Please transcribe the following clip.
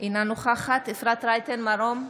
אינה נוכחת אפרת רייטן מרום,